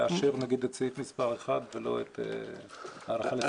נגיד לאשר את סעיף מס' 1 ולא את ההארכה לשני הסעיפים?